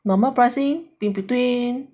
normal pricing is between